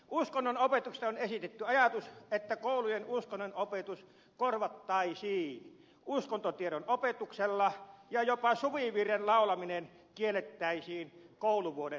uskonnonopetuksesta on esitetty ajatus että koulujen uskonnonopetus korvattaisiin uskontotiedon opetuksella ja jopa suvivirren laulaminen kiellettäisiin kouluvuoden päättäjäisissä